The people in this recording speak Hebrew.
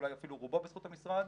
אולי אפילו רובו בזכות המשרד,